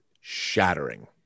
shattering